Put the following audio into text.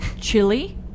Chili